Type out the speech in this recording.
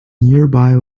nearby